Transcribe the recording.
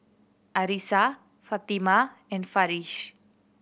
Arissa Fatimah and Farish